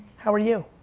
how are you?